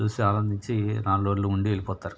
చూసి ఆనందించి నాలుగు రోజులు ఉండి వెళ్ళిపోతారు